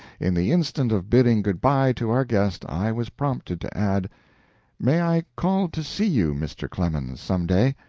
in the instant of bidding good-by to our guest i was prompted to add may i call to see you, mr. clemens, some day?